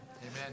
Amen